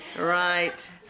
Right